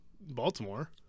Baltimore